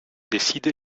décide